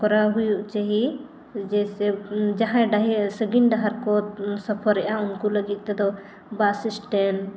ᱠᱚᱨᱟᱣ ᱦᱩᱭᱩᱜ ᱪᱟᱦᱮ ᱡᱮ ᱥᱮ ᱡᱟᱦᱟᱸᱭ ᱥᱟᱺᱜᱤᱧ ᱰᱟᱦᱟᱨ ᱠᱚ ᱥᱟᱯᱷᱟᱨᱮᱫᱼᱟ ᱩᱱᱠᱩ ᱞᱟᱹᱜᱤᱫ ᱛᱮᱫᱚ